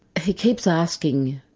he keeps asking,